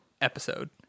episode